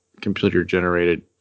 computer-generated